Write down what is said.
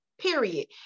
period